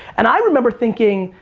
and i remember thinking,